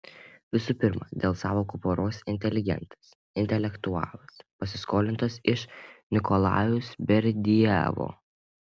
visų pirma dėl sąvokų poros inteligentas intelektualas pasiskolintos iš nikolajaus berdiajevo